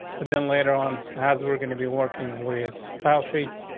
but then later on, as we are going to be working with style sheets,